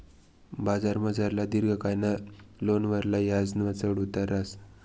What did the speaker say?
बजारमझारला दिर्घकायना लोनवरला याजमा चढ उतार रहास